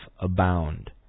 abound